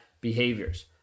behaviors